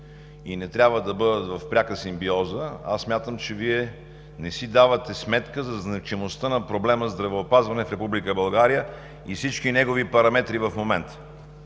и не трябва да бъдат в пряка симбиоза, аз смятам, че Вие не си давате сметка за значимостта на проблема здравеопазване в Република България и всички негови параметри в момента.